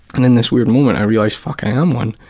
and in this weird moment i realized fuck, i am one,